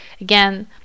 Again